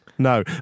No